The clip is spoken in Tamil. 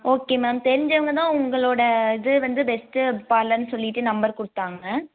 ஓகே மேம் தெரிஞ்சவங்க தான் உங்களோட இது வந்து பெஸ்ட்டு பார்லர்னு சொல்லிவிட்டு நம்பர் கொடுத்தாங்க